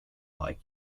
bike